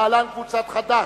להלן: קבוצת חד"ש,